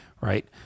right